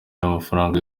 n’amafaranga